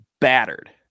battered